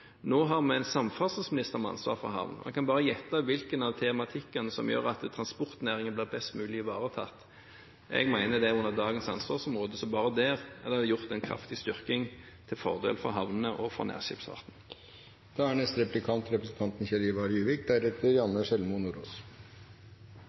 Nå har vi en samferdselsminister med ansvar for havn. Dere kan bare gjette hvilken av tematikkene som gjør at transportnæringen blir mest mulig ivaretatt. Jeg mener det er under dagens ansvarsområde, så bare der er det gjort en kraftig styrking til fordel for havnene og for nærskipsfarten. Vi er